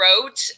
wrote